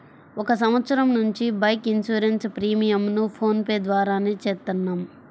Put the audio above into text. ఒక సంవత్సరం నుంచి బైక్ ఇన్సూరెన్స్ ప్రీమియంను ఫోన్ పే ద్వారానే చేత్తన్నాం